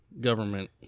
government